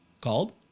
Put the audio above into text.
called